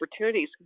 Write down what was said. opportunities